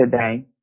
today